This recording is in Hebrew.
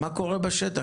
מה קורה בשטח?